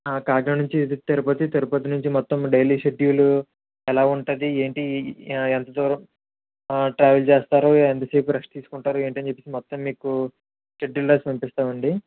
కాకినాడ నుంచి తిరుపతి తిరుపతి నుంచి మొత్తం డైలీ షెడ్యూలు ఎలా ఉంటుంది ఏంటి ఎంత దూరం ట్రావెల్ చేస్తారు ఎంతసేపు రెస్ట్ తీసుకుంటారు ఏంటని చెప్పేసి మొత్తం మీకు షెడ్యూలు రాసి పంపిస్తామండి